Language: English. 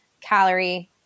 calorie